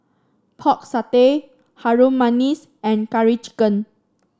Pork Satay Harum Manis and Curry Chicken